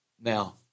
Now